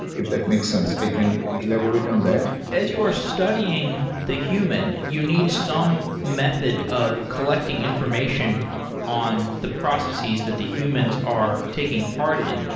if that makes sense. i can elaborate on that as you are studying the human, you need some method of collecting information on the processes that the humans are taking part in.